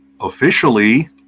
Officially